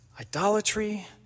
idolatry